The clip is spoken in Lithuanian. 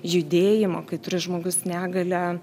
judėjimo kai turi žmogus negalią